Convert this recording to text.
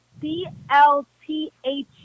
C-L-T-H